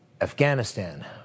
Afghanistan